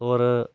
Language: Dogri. होर